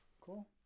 Cool